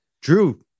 drew